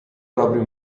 propri